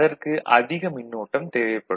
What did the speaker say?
அதற்கு அதிக மின்னோட்டம் தேவைப்படும்